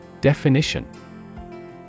Definition